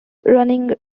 running